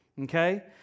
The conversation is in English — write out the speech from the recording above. Okay